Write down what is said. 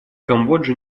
камбоджа